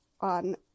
on